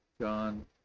john